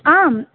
आम्